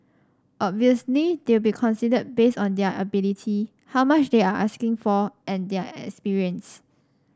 obviously they'll be considered based on their ability how much they are asking for and their experience